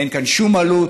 אין כאן שום עלות,